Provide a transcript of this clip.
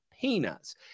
peanuts